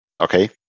okay